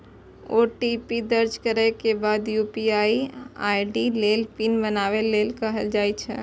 OTP दर्ज करै के बाद यू.पी.आई आई.डी लेल पिन बनाबै लेल कहल जाइ छै